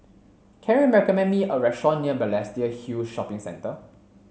can you recommend me a restaurant near Balestier Hill Shopping Centre